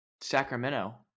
Sacramento